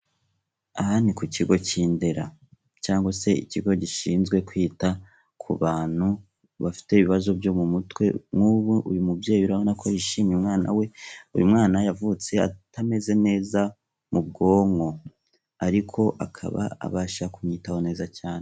Aha ni ku kigo cy'i Ndera cyangwa se ikigo gishinzwe kwita ku bantu bafite ibibazo byo mu mutwe, nk'ubu uyu mubyeyi urabona ko yishimiye umwana we, uyu mwana yavutse atameze neza mu bwonko ariko akaba abasha kumwitaho neza cyane.